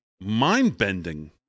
mind-bending